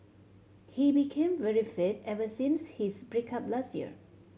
he became very fit ever since his break up last year